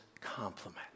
compliment